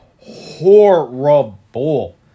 horrible